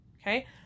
okay